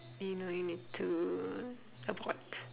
you know you need to abort